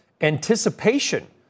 anticipation